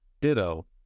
Ditto